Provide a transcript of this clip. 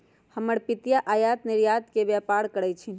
हमर पितिया आयात निर्यात के व्यापार करइ छिन्ह